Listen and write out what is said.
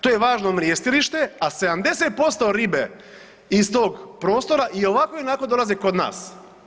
To je važno mrjestilište, a 70% ribe iz tog prostora i ovako i onako dolaze kod nas.